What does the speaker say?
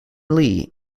lee